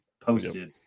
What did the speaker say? posted